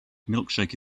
milkshake